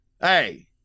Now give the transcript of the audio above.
Hey